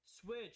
Switch